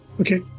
Okay